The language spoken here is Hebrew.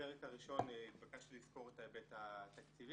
בפרק הראשון התבקשתי לסקור את ההיבט התקציבי